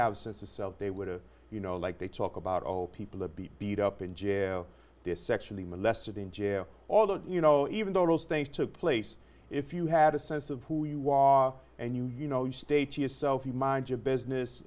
have sense of self they would have you know like they talk about all people to be beat up in jail to sexually molested in jail although you know even those things took place if you had a sense of who you are and you you know you state yourself you mind your business